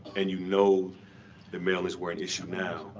and you know the mailings were an issue now.